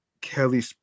Kelly